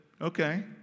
okay